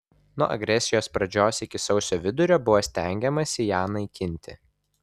nuo agresijos pradžios iki sausio vidurio buvo stengiamasi ją naikinti